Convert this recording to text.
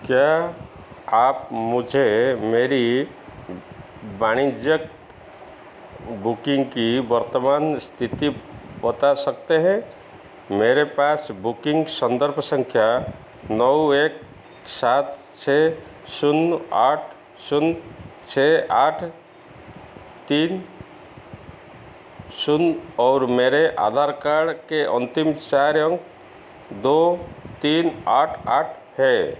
क्या आप मुझे मेरी वाणिज्यिक बुकिंग की वर्तमान स्थिति बता सकते हैं मेरे पास बुकिंग संदर्भ संख्या नौ एक सात छः शून्य आठ शून्य छः आठ तीन शून्य और मेरे आधार कार्ड के अन्तिम चार अंक दो तीन आठ आठ है